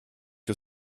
que